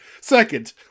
Second